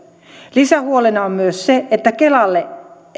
lisähuolena on myös se että kelalla